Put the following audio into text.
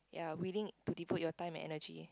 ya willing to devote your time and energy